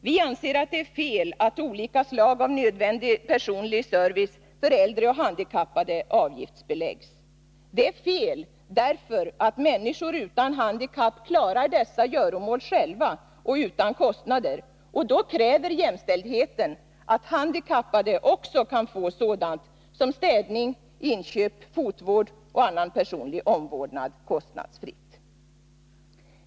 Vi anser att det är fel att olika slag av nödvändig personlig service för äldre och handikappade avgiftsbeläggs. Det är fel, därför att människor utan handikapp klarar dessa göromål själva och utan kostnader, och då kräver jämställdheten att handikappade också får sådant som städning, inköp, fotvård och annan personlig omvårdnad kostnadsfritt.